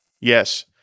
Yes